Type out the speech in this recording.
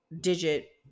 digit